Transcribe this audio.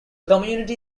community